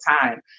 time